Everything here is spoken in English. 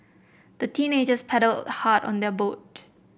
the teenagers paddled hard on their boat